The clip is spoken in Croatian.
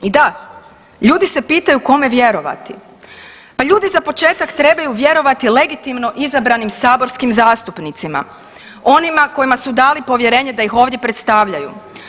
I da, ljudi se pitaju kome vjerovati, pa ljudi za početak trebaju vjerovati legitimno izabranim saborskim zastupnicima onima kojima su dali povjerenje da ih ovdje predstavljaju.